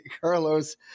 Carlos